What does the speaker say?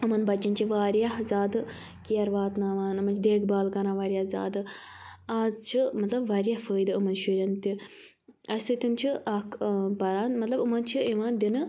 یِمَن بَچَن چھِ واریاہ زیادٕ کِیَر واتناوان یِمَن چھِ دیکھ بھال کَران واریاہ زیادٕ آز چھِ مطلب واریاہ فٲیدٕ یِمَن شُریٚن تہِ اسہِ سۭتۍ چھِ اَکھ ٲں پَران مطلب یِمَن چھِ یِوان دِنہٕ